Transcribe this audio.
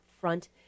front